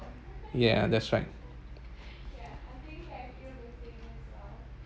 yeah that’s right